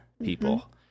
people